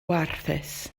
warthus